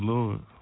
Lord